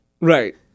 Right